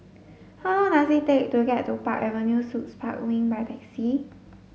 how long does it take to get to Park Avenue Suites Park Wing by taxi